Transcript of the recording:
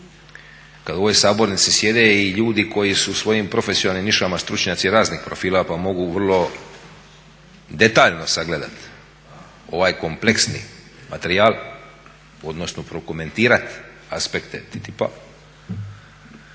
kad u ovoj sabornici sjede i ljudi koji su svojim profesionalnim nišama stručnjaci raznih profila pa mogu vrlo detaljno sagledati ovaj kompleksni materijal, odnosno prokomentirati aspekte TTIP-a.